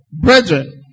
Brethren